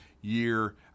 year